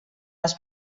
les